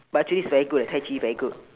but actually it's very good tai chi very good